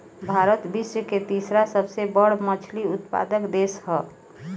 भारत विश्व के तीसरा सबसे बड़ मछली उत्पादक देश ह